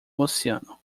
oceano